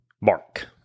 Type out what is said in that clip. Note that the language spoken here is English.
Mark